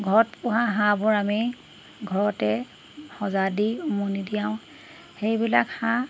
ঘৰত পোহা হাঁহবোৰ আমি ঘৰতে সজা দি উমনি দিয়াওঁ সেইবিলাক হাঁহ